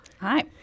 Hi